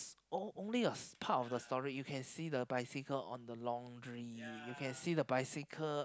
on~ only part of the story you can see the bicycle on the laundry you can see the bicycle